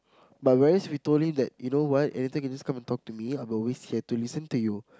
but whereas we told him that you know what anything you can just come and talk to me I'm always here to listen to you